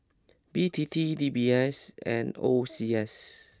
B T T D B S and O C S